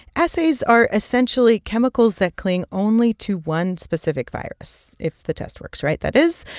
assays are essentially chemicals that cling only to one specific virus if the test works right, that is.